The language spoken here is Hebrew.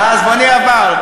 אה, זמני עבר.